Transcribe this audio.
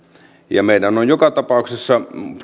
meidän on joka tapauksessa